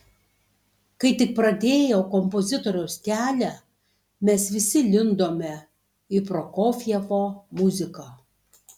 kai tik pradėjau kompozitoriaus kelią mes visi lindome į prokofjevo muziką